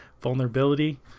vulnerability